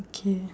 K